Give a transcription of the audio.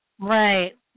Right